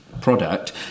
product